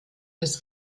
des